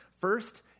first